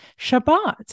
shabbat